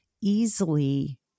easily